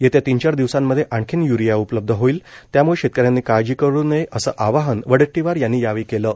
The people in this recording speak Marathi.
येत्या तीन चार दिवसांमध्ये आणखीन युरिया उपलब्ध होईल त्यामुळं शेतकऱ्यांनी काळजी करू नये असं आवाहन वडेट्टीवार यांनी केलं आहे